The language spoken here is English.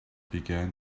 began